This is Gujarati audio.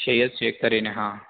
સૈયદ શેખ કરીને હા